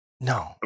no